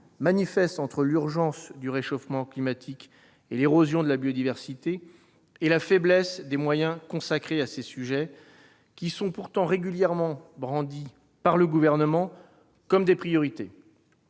manifeste entre, d'une part, l'urgence liée au réchauffement climatique et l'érosion de la biodiversité et, d'autre part, la faiblesse des moyens consacrés à ces sujets, qui sont pourtant régulièrement brandis par le Gouvernement comme des priorités-